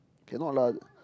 cannot lah